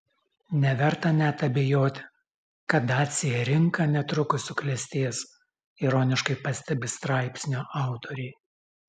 neverta net abejoti kad dacia rinka netrukus suklestės ironiškai pastebi straipsnio autoriai